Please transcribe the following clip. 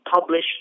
published